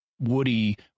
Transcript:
Woody